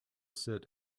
sit